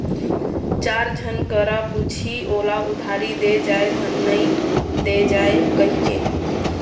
चार झन करा पुछही ओला उधारी दे जाय धन नइ दे जाय कहिके